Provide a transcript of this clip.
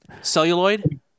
celluloid